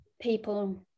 people